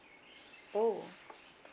oh